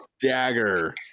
dagger